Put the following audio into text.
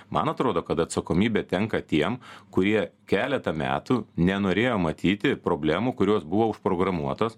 man atrodo kad atsakomybė tenka tiem kurie keletą metų nenorėjo matyti problemų kurios buvo užprogramuotos